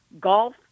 Golf